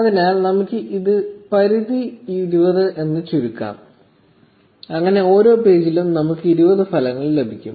അതിനാൽ നമുക്ക് ഈ പരിധി 20 എന്ന് ചുരുക്കാം അങ്ങനെ ഓരോ പേജിലും നമുക്ക് 20 ഫലങ്ങൾ ലഭിക്കും